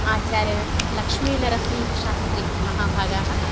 आचार्यलक्ष्मीनरसिंहशास्त्री महाभागाः